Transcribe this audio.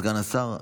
סגן השר,